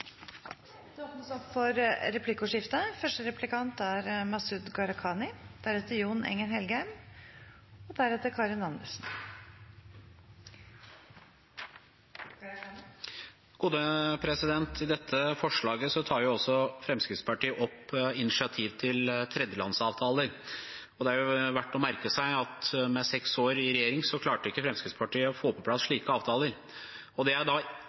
Det blir replikkordskifte. I dette forslaget tar Fremskrittspartiet også opp initiativ til tredjelandsavtaler. Det er verdt å merke seg at i løpet av seks år i regjering klarte ikke Fremskrittspartiet å få på plass slike avtaler. Det jeg da